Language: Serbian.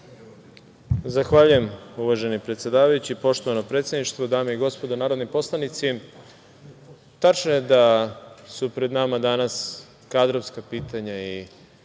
Zahvaljujem uvaženi predsedavajući. Poštovano predsedništvo, dame i gospodo narodni poslanici, tačno je da su pred nama danas kadrovska pitanja i